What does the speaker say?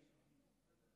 סובה.